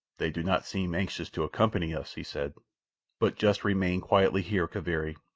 they do not seem anxious to accompany us, he said but just remain quietly here, kaviri,